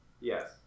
Yes